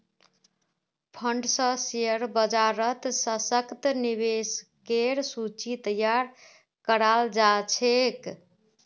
fund स share बाजारत सशक्त निवेशकेर सूची तैयार कराल जा छेक